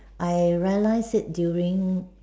I realise it during